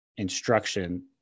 instruction